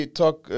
talk